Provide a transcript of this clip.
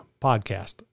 podcast